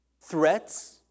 Threats